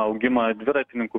augimą dviratininkų